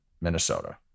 Minnesota